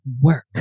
work